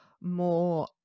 more